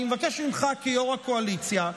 אני מבקש ממך כיו"ר הקואליציה,